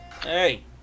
Hey